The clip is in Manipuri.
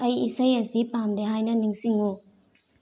ꯑꯩ ꯏꯁꯩ ꯑꯁꯤ ꯄꯥꯝꯗꯦ ꯍꯥꯏꯅ ꯅꯤꯡꯁꯤꯡꯉꯨ